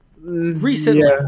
recently